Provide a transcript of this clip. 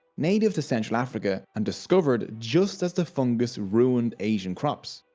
native to central africa and discovered just as the fungus ruined asian crops.